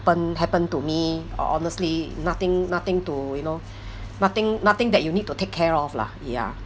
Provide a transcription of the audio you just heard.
happen happen to me ho~ honestly nothing nothing to you know nothing nothing that you need to take care of lah ya